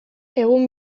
egun